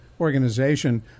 organization